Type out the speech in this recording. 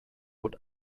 what